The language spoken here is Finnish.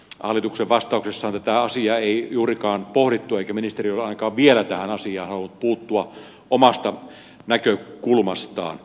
hallituksen vastauksessahan tätä asiaa ei juurikaan pohdittu eikä ministeri ole ainakaan vielä tähän asiaan halunnut puuttua omasta näkökulmastaan